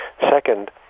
Second